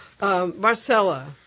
Marcella